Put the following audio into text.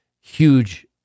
huge